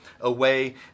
away